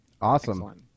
Awesome